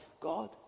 God